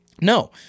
No